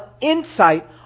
insight